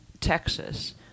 Texas